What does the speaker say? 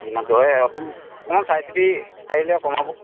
যিমানটো হয় আপুনি অকণমান চাই চিতি পাৰিলে কমাব